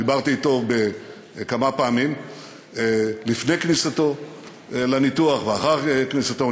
דיברתי אתו כמה פעמים לפני כניסתו לניתוח ואחר כניסתו.